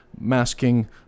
masking